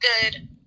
good